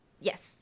Yes